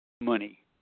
money